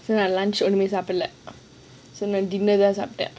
so like lunch ஒண்ணுமே சாப்பிடல:onnume saapidalla dinner தா சாப்பிட்டேன்:tha saapitten